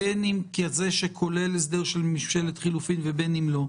בין אם כזה שכולל הסדר של ממשלת חילופים ובין אם לא,